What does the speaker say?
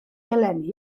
eleni